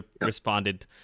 responded